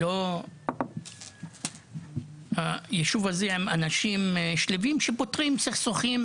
אלא ישוב של אנשים שלווים שפותרים סכסוכים